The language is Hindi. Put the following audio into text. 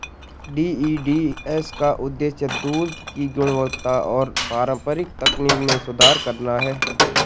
डी.ई.डी.एस का उद्देश्य दूध की गुणवत्ता और पारंपरिक तकनीक में सुधार करना है